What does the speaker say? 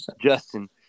Justin